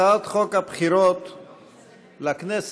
הצעת חוק הבחירות לכנסת,